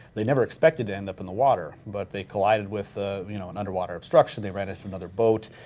they never expected to end up in the water but they collided with ah you know an underwater obstruction, they ran into another boat,